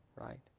right